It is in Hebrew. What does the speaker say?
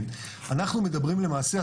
אנחנו מדברים למעשה,